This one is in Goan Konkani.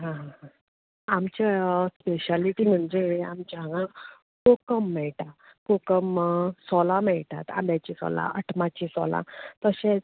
आमच्या स्पेशेलिटी म्हणजे आमचे हांगा कोकम मेळटा कोकम सोलां मेळटा आंब्याचीं सोलां अटमांचीं सोलां तशेंच